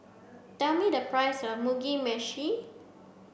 tell me the price of Mugi Meshi